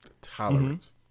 Tolerance